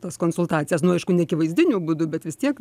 tas konsultacijas nu aišku neakivaizdiniu būdu bet vis tiek